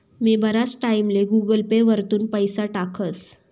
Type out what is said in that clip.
मी बराच टाईमले Google Pay वरथून पैसा टाकस